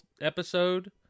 episode